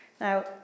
Now